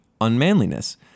unmanliness